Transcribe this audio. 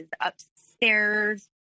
upstairs